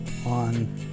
on